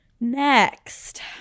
next